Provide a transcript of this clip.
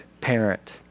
parent